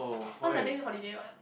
cause I next week holiday what